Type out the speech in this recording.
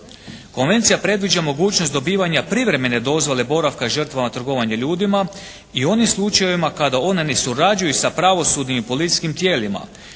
Konvencija predviđa mogućnost dobivanja privremene dozvole boravka žrtvama trgovanja ljudima i onim slučajevima kada one ne surađuju sa pravosudnim i policijskim tijelima.